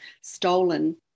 stolen